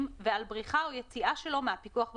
ועל בריחה או יציאה שלו מהפיקוח במרפאה,